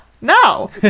No